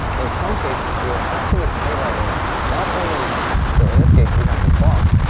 in some cases, we are actually highlighting not only so in this case, we have this box,